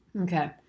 Okay